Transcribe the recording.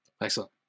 Excellent